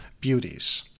beauties